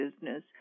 business